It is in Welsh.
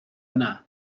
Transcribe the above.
yna